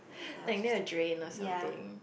like near a drain or something